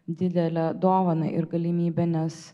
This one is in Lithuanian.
didelę dovaną ir galimybę nes